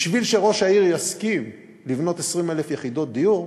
בשביל שראש העיר יסכים לבנות 20,000 יחידות דיור,